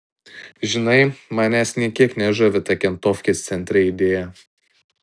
žinai manęs nė kiek nežavi ta kentofkės centre idėja